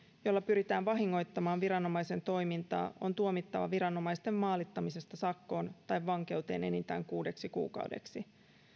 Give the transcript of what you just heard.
jolla pyritään vahingoittamaan viranomaisen toimintaa on tuomittava viranomaisten maalittamisesta sakkoon tai vankeuteen enintään kuudeksi kuukaudeksi